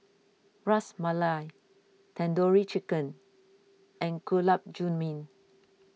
Ras Malai Tandoori Chicken and Gulab Jamun